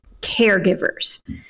caregivers